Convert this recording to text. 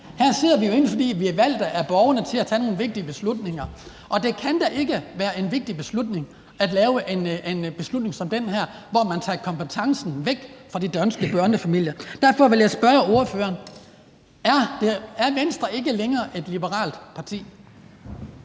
vi sidder herinde, fordi vi er valgt af borgerne til at tage nogle vigtige beslutninger, og det kan da ikke være en vigtig beslutning at lave en beslutning som den her, hvor man tager kompetencen væk fra de danske børnefamilier. Derfor vil jeg spørge ordføreren: Er Venstre ikke længere et liberalt parti?